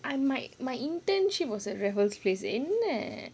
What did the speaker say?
I m~ my internship was at raffles place